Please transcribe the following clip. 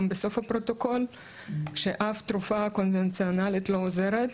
בסוף הפרוטוקול כשאף תרופה קונבנציונאלית לא עוזרת,